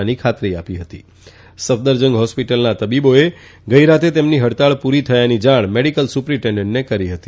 કરવાની ખાતરી આપી હતી સફદરજંગ હોસ્પીટલના તબીબોએ ગઈરાતે તેમની હડતાળ પુરી થયાની જાણ મેડિકલ સુપ્રીન્ટેન્ડન્ટને કરી હતી